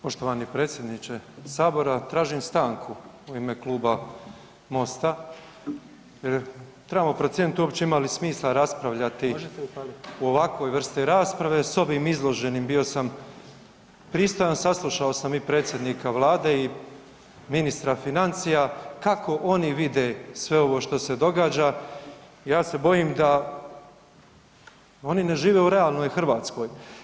Poštovani predsjedniče Sabora, tražim stanku u ime Kluba Mosta jer trebamo procijeniti uopće ima li smisla raspravljati u ovakvoj vrsti rasprave, s ovim izloženim, bio sam pristojan, saslušao sam i predsjednika Vlade i ministra financija, kako oni vide sve ovo što se događa, ja se bojim da oni ne žive u realnoj Hrvatskoj.